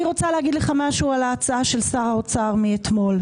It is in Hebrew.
אני רוצה להגיד לך משהו על ההצעה של שר האוצר מאתמול.